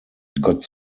got